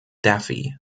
daffy